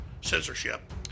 censorship